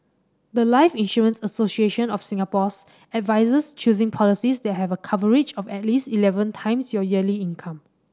the life Insurance Association of Singapore's advises choosing policies that have a coverage of at least eleven times your yearly income